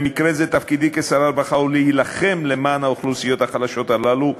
במקרה זה תפקידי כשר הרווחה הוא להילחם למען האוכלוסיות החלשות הללו,